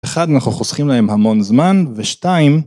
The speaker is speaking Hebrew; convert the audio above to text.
‫אחד, אנחנו חוסכים להם המון זמן, ‫ושתיים...